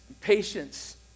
Patience